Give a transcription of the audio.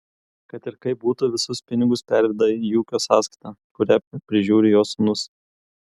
kad ir kaip būtų visus pinigus perveda į ūkio sąskaitą kurią prižiūri jo sūnus